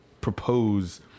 propose